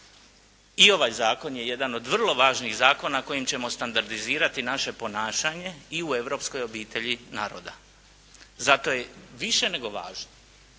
I ovaj zakon je jedan od vrlo važnih zakona kojim ćemo standardizirati naše ponašanje i u europskoj obitelji naroda. Zato je više nego važno